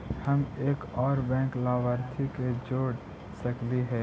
हम एक और बैंक लाभार्थी के जोड़ सकली हे?